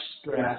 stress